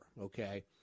okay